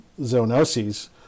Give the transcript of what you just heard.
zoonoses